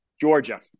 Georgia